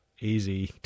easy